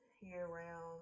year-round